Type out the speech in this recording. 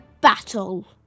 battle